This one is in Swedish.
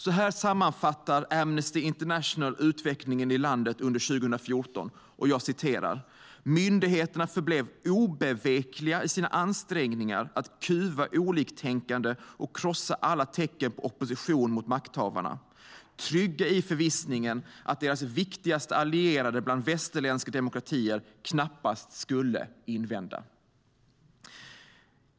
Så här sammanfattar Amnesty International utvecklingen i landet under 2014: Myndigheterna förblev "obevekliga i sina ansträngningar att kuva oliktänkande och krossa alla tecken på opposition mot makthavarna, trygga i förvissningen att deras viktigaste allierade bland de västerländska demokratierna knappast skulle invända". Herr talman!